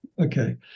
Okay